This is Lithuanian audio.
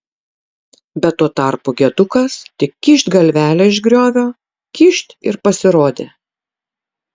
bet tuo tarpu gedukas tik kyšt galvelę iš griovio kyšt ir pasirodė